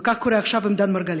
וכך קורה עכשיו לדן מרגלית.